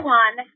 one